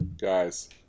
Guys